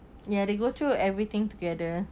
ya they go through everything together